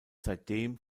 seitdem